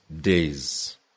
days